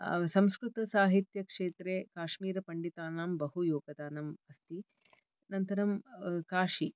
संस्कृतसाहित्यक्षेत्रे काश्मीरपण्डितानां बहु योगदानम् अस्ति अनन्तरं काशी